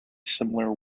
similar